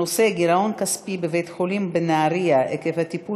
הנושא: גירעון כספי בבית-החולים בנהריה עקב הטיפול